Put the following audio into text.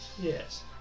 Yes